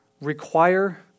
require